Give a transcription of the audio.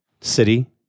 city